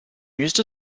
used